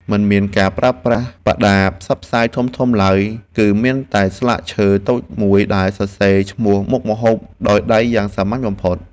មិនមានការប្រើប្រាស់បដាផ្សព្វផ្សាយធំៗឡើយ គឺមានតែស្លាកឈើតូចមួយដែលសរសេរឈ្មោះមុខម្ហូបដោយដៃយ៉ាងសាមញ្ញបំផុត។